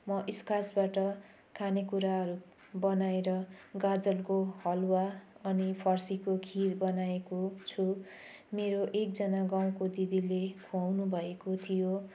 म स्क्राचबाट खाने कुराहरू बनाएर गाजरको हलुवा अनि फर्सीको खिर बनाएको छु मेरो एकजना गाउँको दिदीले खुवाउनु भएको थियो